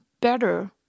better